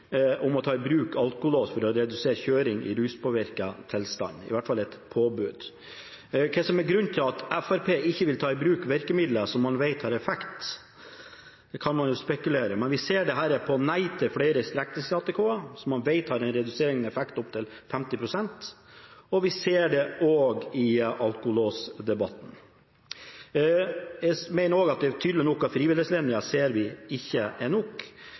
om å ta i bruk alkolås for å redusere kjøring i ruspåvirket tilstand, i hvert fall et påbud. Hva som er grunnen til at Fremskrittspartiet ikke vil ta i bruk virkemidler som man vet har effekt, kan man jo spekulere på, men vi ser dette når det gjelder nei til flere streknings-ATK-er, som man vet har en reduserende effekt på opptil 50 pst., og vi ser det i alkolåsdebatten. Jeg mener også at det er tydelig at frivillighetslinjen ikke er nok,